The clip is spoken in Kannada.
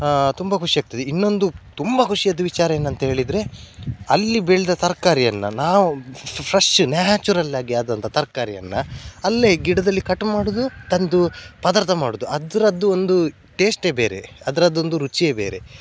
ತುಂಬ ಖುಷಿಯಾಗ್ತದೆ ಇನ್ನೊಂದು ತುಂಬ ಖುಷಿಯದ್ದು ವಿಚಾರ ಏನಂತ ಹೇಳಿದರೆ ಅಲ್ಲಿ ಬೆಳೆದ ತರಕಾರಿಯನ್ನು ನಾವು ಫ್ರೆಶು ನ್ಯಾಚುರಲ್ ಆಗಿ ಆದಂಥ ತರಕಾರಿಯನ್ನ ಅಲ್ಲೆ ಗಿಡದಲ್ಲಿ ಕಟ್ ಮಾಡೋದು ತಂದು ಪದಾರ್ಥ ಮಾಡೋದು ಅದರದ್ದು ಒಂದು ಟೇಸ್ಟೆ ಬೇರೆ ಅದರದ್ದು ಒಂದು ರುಚಿಯೇ ಬೇರೆ